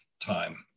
time